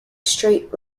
straight